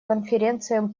конференцией